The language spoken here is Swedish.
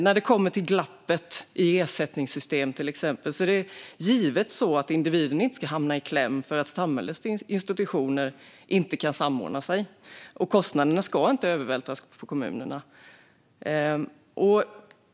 När det till exempel gäller glappet i ersättningssystem är det givetvis så att individen inte ska hamna i kläm för att samhällets institutioner inte kan samordna sig. Kostnaderna ska inte vältras över på kommunerna.